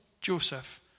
Joseph